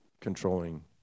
controlling